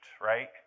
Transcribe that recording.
right